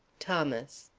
thomas.